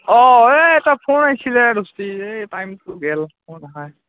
অঁ এই এটা ফোন আহিছিলে দস্তি এই টাইমটো গেল ফোন অহায়